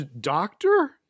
Doctor